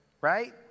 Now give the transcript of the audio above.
Right